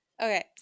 Okay